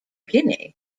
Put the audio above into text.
guinea